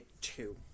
two